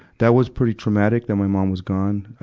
that was pretty traumatic, that my mom was gone.